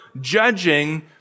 judging